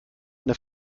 eine